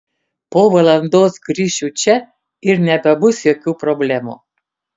po valandos grįšiu čia ir nebebus jokių problemų